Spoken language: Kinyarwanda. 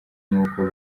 nkuko